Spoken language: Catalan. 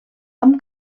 amb